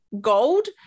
gold